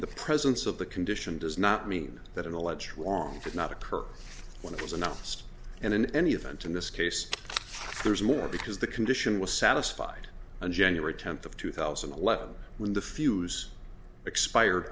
the presence of the condition does not mean that an alleged wrong did not occur when it was announced and in any event in this case there's more because the condition was satisfied on january tenth of two thousand and eleven when the fuse expired